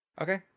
Okay